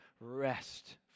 rest